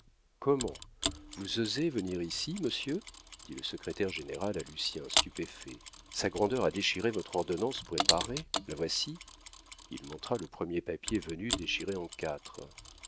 comment vous osez venir ici monsieur dit le secrétaire général à lucien stupéfait sa grandeur a déchiré votre ordonnance préparée la voici il montra le premier papier venu déchiré en quatre